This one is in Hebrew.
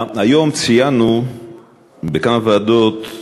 היום ציינו בכמה ועדות,